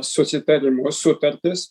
susitarimo sutartis